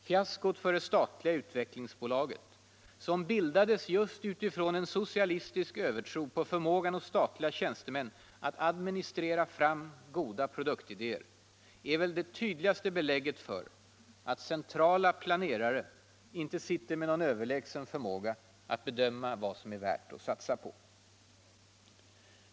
Fiaskot för det statliga utvecklingsbolaget — som bildades just utifrån en socialistisk övertro på förmågan hos statliga tjänstemän att administrera fram goda produktidéer — är väl det tydligaste belägget för att centrala planerare inte sitter med någon överlägsen förmåga att bedöma vad som är värt att satsa på.